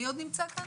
מי עוד נמצא כאן?